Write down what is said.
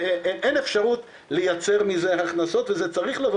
אין אפשרות לייצר מזה הכנסות וזה צריך לבוא